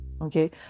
Okay